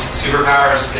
superpowers